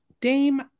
Dame